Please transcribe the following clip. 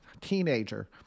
teenager